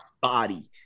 body